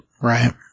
Right